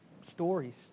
stories